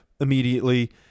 immediately